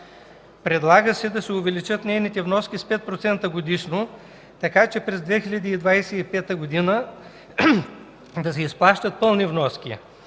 Предлага се да се увеличат нейните вноски с 5% годишно, така че през 2025 г. да се изплащат пълни вноски.